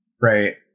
right